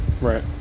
Right